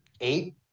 eight